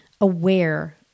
aware